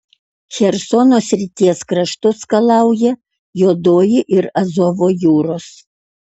chersono srities kraštus skalauja juodoji ir azovo jūros